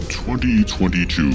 2022